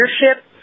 leadership